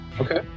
okay